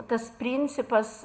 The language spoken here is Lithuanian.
tas principas